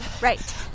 Right